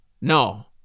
No